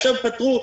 עכשיו פתרו,